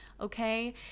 okay